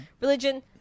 religion